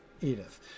Edith